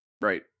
Right